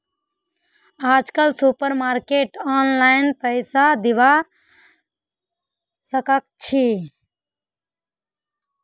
आजकल सुपरमार्केटत ऑनलाइन पैसा दिबा साकाछि